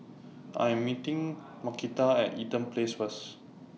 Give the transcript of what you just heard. I Am meeting Markita At Eaton Place First